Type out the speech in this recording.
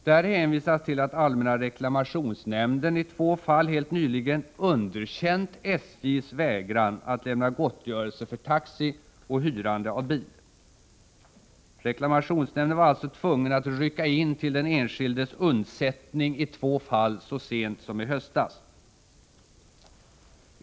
Där hänvisas till att allmänna reklamationsnämnden i två fall helt nyligen underkänt SJ:s vägran att lämna gottgörelse för taxi och hyrande av bil. Reklamationsnämnden var alltså tvungen att rycka in till den enskildes undsättning i två fall så sent som i höstas.